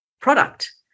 product